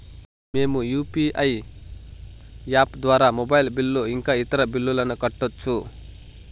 మేము UPI app ద్వారా mobile bill ఇంకా ఇతర బిల్లులను కట్టొచ్చు